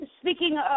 Speaking